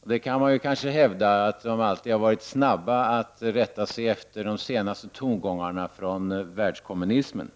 och det kan man kanske hävda, att de alltid har varit snabba att rätta sig efter de senaste tongångarna från världskommunismen.